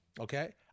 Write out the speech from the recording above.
Okay